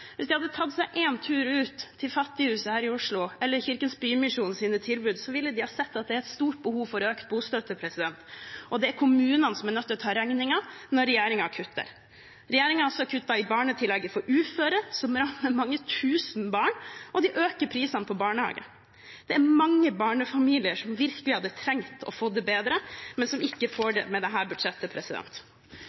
hvis de hadde tatt seg én tur til Fattighuset her i Oslo eller til Kirkens Bymisjons tilbud, ville de ha sett at det er et stort behov for økt bostøtte, og det er kommunene som er nødt til å ta regningen når regjeringen kutter. Regjeringen har også kuttet i barnetillegget for uføre, noe som rammer mange tusen barn, og de øker prisene på barnehage. Det er mange barnefamilier som virkelig hadde trengt å få det bedre, men som ikke får det med dette budsjettet.